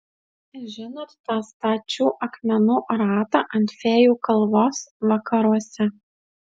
žinot tą stačių akmenų ratą ant fėjų kalvos vakaruose